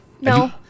No